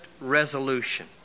resolution